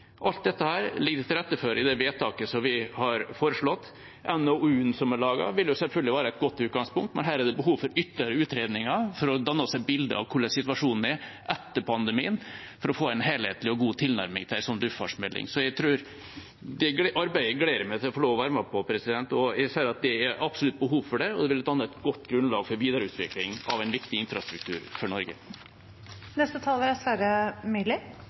Alt dette ligger det til rette for i vårt forslag til vedtak. NOU-en som er laget, vil selvfølgelig være et godt utgangspunkt, men her er det behov for ytterligere utredninger for å danne seg et bilde av hvordan situasjonen er etter pandemien, for å få en helhetlig og god tilnærming til en sånn luftfartsmelding. Det arbeidet gleder jeg meg til å få lov til å være med på. Jeg ser at det absolutt er behov for det, og det vil danne et godt grunnlag for videreutvikling av en viktig infrastruktur for Norge. Denne debatten bør dreie seg om kortsiktige tiltak, fordi luftfarten er